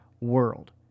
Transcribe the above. world